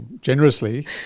generously